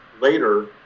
later